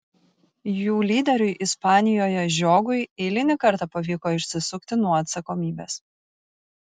jų lyderiui ispanijoje žiogui eilinį kartą pavyko išsisukti nuo atsakomybės